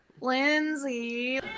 Lindsay